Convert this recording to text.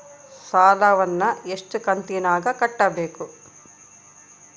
ಸಾಲವನ್ನ ಎಷ್ಟು ಕಂತಿನಾಗ ಕಟ್ಟಬೇಕು?